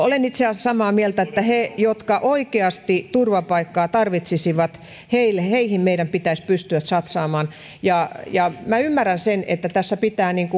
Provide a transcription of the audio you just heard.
olen itse asiassa samaa mieltä että heihin jotka oikeasti turvapaikkaa tarvitsisivat meidän pitäisi pystyä satsaamaan minä ymmärrän sen että tässä pitää